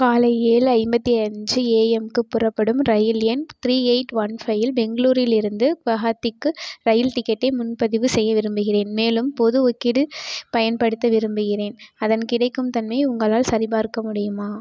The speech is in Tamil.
காலை ஏழு ஐம்பத்தி அஞ்சு ஏஎம்க்கு புறப்படும் இரயில் எண் த்ரீ எயிட் ஒன் ஃபை இல் பெங்களூரிலிருந்து குவஹாத்திக்கு இரயில் டிக்கெட்டை முன்பதிவு செய்ய விரும்புகிறேன் மேலும் பொது ஒதுக்கீடு பயன்படுத்த விரும்புகிறேன் அதன் கிடைக்கும் தன்மையை உங்களால் சரிபார்க்க முடியுமா